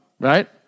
Right